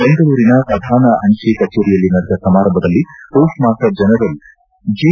ಬೆಂಗಳೂರಿನ ಪ್ರಧಾನ ಅಂಚೆ ಕಚೇರಿಯಲ್ಲಿ ನಡೆದ ಸಮಾರಂಭದಲ್ಲಿ ಪೋಸ್ಟ್ ಮಾಸ್ಟರ್ ಜನರಲ್ ಜೆ